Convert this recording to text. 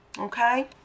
Okay